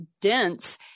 dense